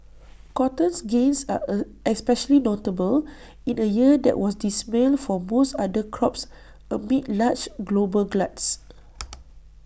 cotton's gains are especially notable in A year that was dismal for most other crops amid large global gluts